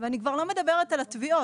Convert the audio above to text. ואני כבר לא מדברת על התביעות.